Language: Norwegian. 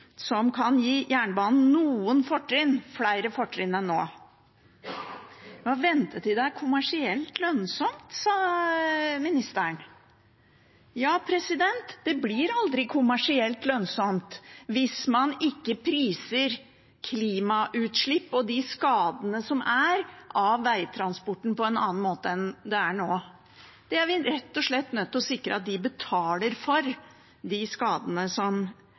som kan gi jernbanen noen fortrinn – flere fortrinn enn nå. Vi må vente til det er kommersielt lønnsomt, sa ministeren. Men det blir aldri kommersielt lønnsomt hvis man ikke priser klimautslipp og skadene av veitransporten på en annen måte enn nå. Vi er rett og slett nødt til å sikre at man betaler for de skadene som